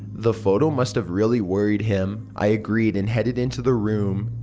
the photo must have really worried him. i agreed and headed into the room.